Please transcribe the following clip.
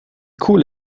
cool